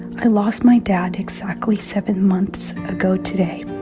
i lost my dad exactly seven months ago today.